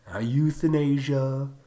euthanasia